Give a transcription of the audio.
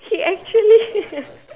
he actually